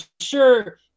sure